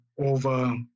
over